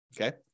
Okay